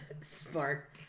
Smart